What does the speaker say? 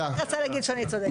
הוא רק רצה להגיד שאני צודקת.